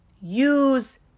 use